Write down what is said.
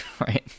Right